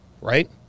right